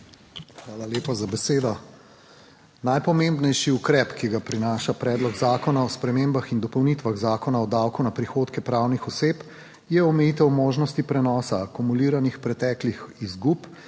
Hvala lepa za besedo. Najpomembnejši ukrep, ki ga prinaša Predlog zakona o spremembah in dopolnitvah Zakona o davku na prihodke pravnih oseb je omejitev možnosti prenosa akumuliranih preteklih izgub